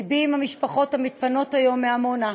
לבי עם המשפחות המתפנות היום מעמונה.